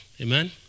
Amen